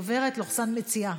דוברת-מציעה.